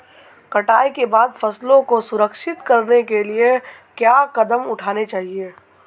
कटाई के बाद फसलों को संरक्षित करने के लिए क्या कदम उठाने चाहिए?